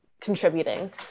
contributing